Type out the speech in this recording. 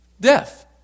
Death